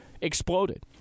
exploded